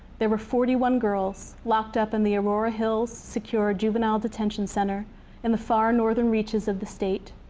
there were forty one girl's locked up in the aurora hills secure juvenile detention center in the far northern reaches of the state,